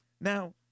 Now